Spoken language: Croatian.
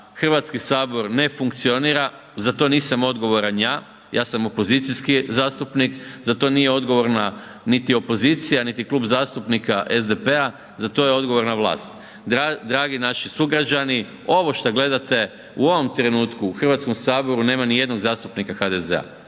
Hrvatski sabor ne funkcionira, za to nisam odgovoran ja, ja sam opozicijski zastupnik, za to nije odgovorna niti opozicija niti Klub zastupnika SDP-a, za to je odgovorna vlast. Dragi naši sugrađani, ovo što gledate u ovom trenutku u HS-u nema nijednog zastupnika HDZ-a.